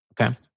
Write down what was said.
okay